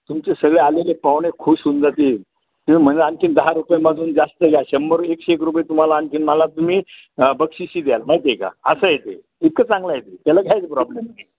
तुमचे सगळे आलेले पाहुणे खूश होऊन जातील ते म्हणेल आणखी दहा रुपयेमधून जास्त घ्या शंभर एकशे एक रुपये तुम्हाला आणखी मला तुम्ही बक्षिसी द्याल माहित आहे का असं आहे ते इतकं चांगलं आहे ते त्याला घ्यायचं प्रॉब्लेम नाही